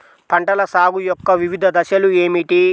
పంటల సాగు యొక్క వివిధ దశలు ఏమిటి?